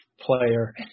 player